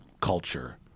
culture